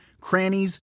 crannies